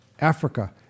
Africa